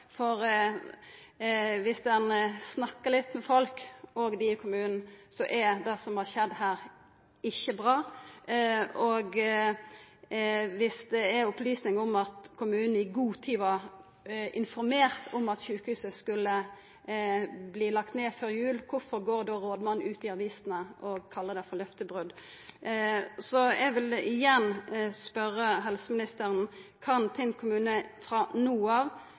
for viss ein snakkar litt med folk – òg med dei i kommunen – seier dei at det som har skjedd her, ikkje er bra. Viss det er opplyst om at kommunen i god tid var informert om at sjukehuset skulle verta lagt ned før jul, kvifor går då rådmannen ut i avisene og kallar det for løftebrot? Så eg vil igjen spørja helseministeren: Kan Tinn kommune frå no av